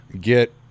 get